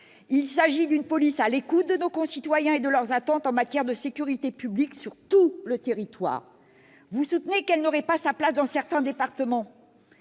Il s'agit d'une police à l'écoute de nos concitoyens et de leurs attentes en matière de sécurité publique, sur tout le territoire. Vous soutenez qu'elle n'aurait pas sa place dans certains départements,